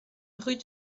rue